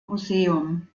museum